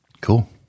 cool